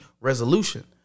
resolution